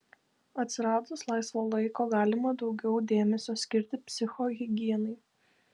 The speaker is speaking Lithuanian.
atsiradus laisvo laiko galima daugiau dėmesio skirti psichohigienai